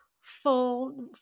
full